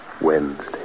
Wednesday